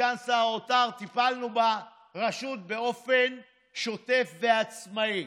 טיפלנו ברשות באופן שוטף ועצמאי.